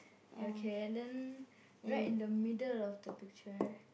okay and then right in the middle of the picture